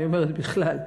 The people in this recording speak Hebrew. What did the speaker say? ואני אומרת "בכלל"